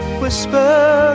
whisper